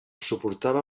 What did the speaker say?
suportava